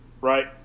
Right